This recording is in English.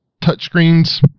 touchscreens